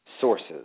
sources